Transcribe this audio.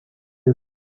him